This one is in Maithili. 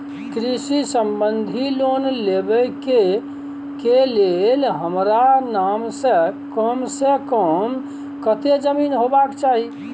कृषि संबंधी लोन लेबै के के लेल हमरा नाम से कम से कम कत्ते जमीन होबाक चाही?